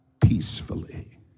peacefully